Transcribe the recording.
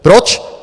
Proč?